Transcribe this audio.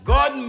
God